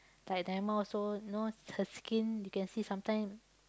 like Naimah also you know her skin you can see sometime